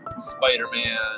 Spider-Man